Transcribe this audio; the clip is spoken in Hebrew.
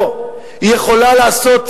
היא יכולה לעשות,